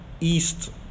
East